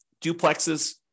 duplexes